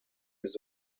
eus